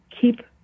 keep